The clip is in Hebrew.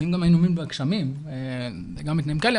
אפילו גם היינו עומדים בגשמים, היו גם מקרים כאלה.